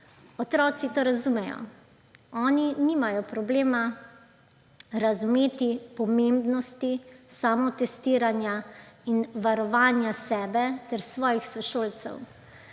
Otroci to razumejo. Oni nimajo problema razumeti pomembnosti samotestiranja in varovanja sebe ter svojih sošolcev.